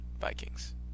Vikings